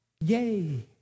Yay